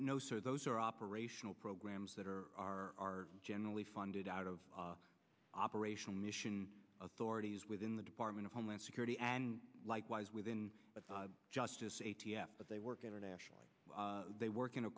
no so those are operational programs that are are generally funded out of operational mission authorities within the department of homeland security and likewise within the justice a t f but they work internationally they work in a